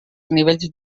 nivells